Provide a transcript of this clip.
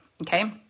okay